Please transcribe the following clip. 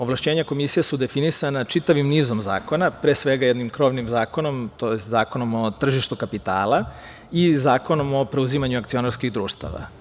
Ovlašćenja Komisije su definisana čitavim nizom zakona, pre svega jednim krovnim zakonom, tj. Zakonom o tržištu kapitala i Zakonom o preuzimanju akcionarskih društava.